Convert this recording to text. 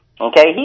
okay